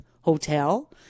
hotel